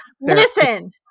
Listen